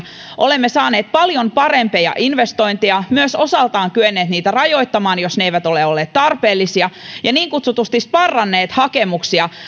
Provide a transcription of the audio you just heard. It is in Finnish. olemme saaneet paljon parempia investointeja ja myös osaltamme kyenneet niitä rajoittamaan jos ne eivät ole olleet tarpeellisia ja niin kutsutusti sparranneet hakemuksia